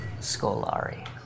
Scolari